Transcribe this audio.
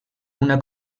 una